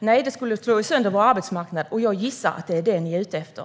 Nej, det skulle slå sönder vår arbetsmarknad, och jag gissar att det är det ni är ute efter.